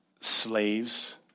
slaves